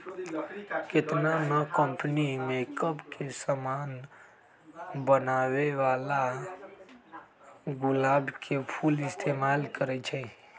केतना न company makeup के समान बनावेला गुलाब के फूल इस्तेमाल करई छई